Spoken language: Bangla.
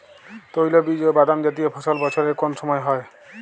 তৈলবীজ ও বাদামজাতীয় ফসল বছরের কোন সময় হয়?